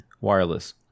wireless